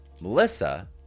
Melissa